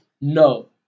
no